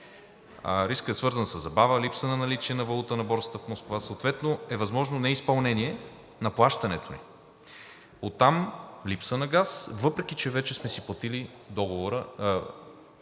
Рискът е свързан със забава и липса на наличие на валута на Борсата в Москва и съответно е възможно неизпълнение на плащането, а оттам липса на газ, въпреки че вече сме си платили